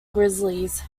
grizzlies